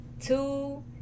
two